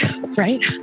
right